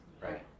Right